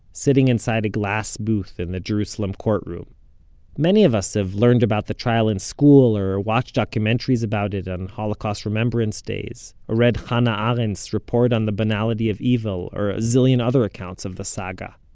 sitting inside a glass booth in the jerusalem courtroom many of us have learned about the trial in school, or watched documentaries about it on holocaust remembrance days, or read hannah arendt's report on the banality of evil, or a zillion other accounts of the saga.